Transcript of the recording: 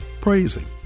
Praising